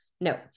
no